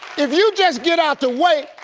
if you just get out the way,